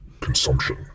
consumption